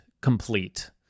complete